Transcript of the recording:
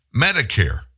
Medicare